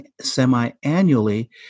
semi-annually